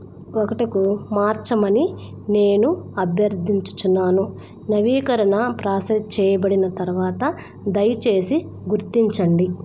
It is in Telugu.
ఒకటికి మార్చమని నేను అభ్యర్థించుచున్నాను నవీకరణ ప్రాసస్ చేయబడిన తరువాత దయచేసి గుర్తించండి